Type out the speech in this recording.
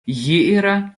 yra